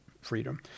Freedom